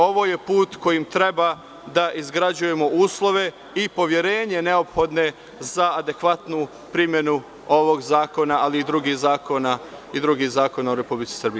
Ovo je put kojim treba da izgrađujemo uslove i poverenje neophodno za adekvatnu primenu ovog zakona, ali i drugih zakona u Republici Srbiji.